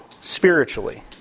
spiritually